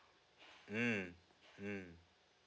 mm mm